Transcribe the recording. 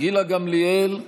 גילה גמליאל,